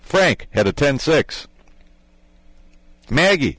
frank had a ten six maggie